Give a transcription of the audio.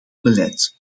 beleid